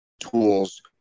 tools